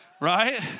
Right